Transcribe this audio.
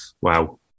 wow